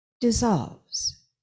dissolves